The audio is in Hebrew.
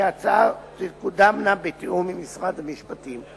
ההצעות תקודמנה בתיאום עם משרד המשפטים.